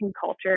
culture